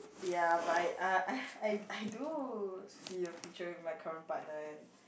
ya but I uh I I do see a future in my current partner and